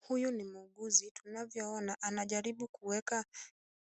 Huyu ni muuguzi. Tunavyoona anajaribu kuweka